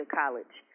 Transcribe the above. college